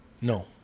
No